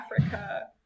Africa